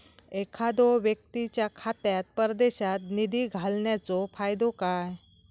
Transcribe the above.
एखादो व्यक्तीच्या खात्यात परदेशात निधी घालन्याचो फायदो काय?